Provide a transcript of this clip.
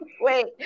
wait